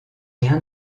rien